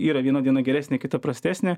yra viena diena geresnė kita prastesnė